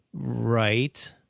Right